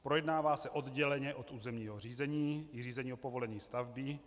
Projednává se odděleně od územního řízení, řízení o povolení stavby.